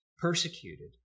Persecuted